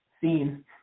seen